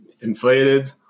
inflated